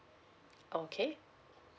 oh okay